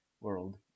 world